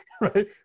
right